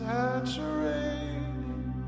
Saturating